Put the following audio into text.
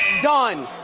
done.